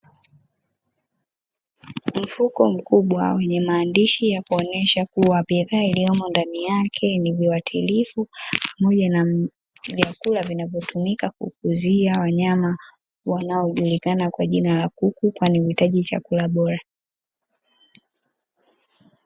Mfuko mkubwa wenye maandishi ya kuonyesha kuwa bidhaa iliyomo ndani yake ni viwatilifu, pamoja na vyakula vinavyotumika kukuzia wanyama wanaojulikana kwa jina la kuku, kwani huhitaji chakula bora.